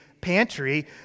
pantry